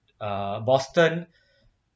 ah boston